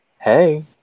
hey